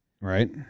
right